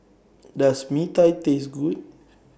Does Mee Tai Taste Good